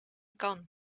kan